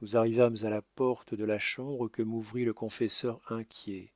nous arrivâmes à la porte de la chambre que m'ouvrit le confesseur inquiet